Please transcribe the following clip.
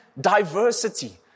diversity